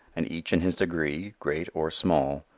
and each in his degree, great or small,